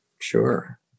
Sure